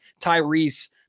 Tyrese